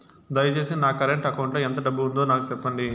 దయచేసి నా current account లో ఎంత డబ్బు ఉందో నాకు సెప్పండి